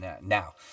now